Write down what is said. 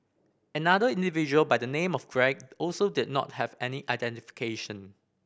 another individual by the name of Greg also did not have any identification